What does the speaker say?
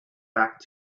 back